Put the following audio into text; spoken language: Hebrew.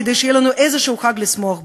כדי שיהיה לנו איזשהו חג לשמוח בו.